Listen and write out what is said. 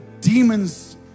demons